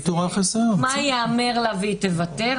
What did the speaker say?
מה ייאמר לה והיא תוותר,